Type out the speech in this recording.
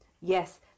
Yes